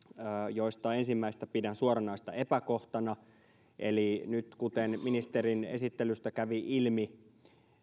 joista ensimmäistä pidän suoranaisena epäkohtana eli nyt kuten ministerin esittelystä kävi ilmi